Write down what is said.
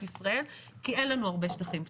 ישראל כי אין לנו הרבה שטחים פתוחים.